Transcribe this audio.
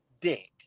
dick